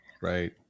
right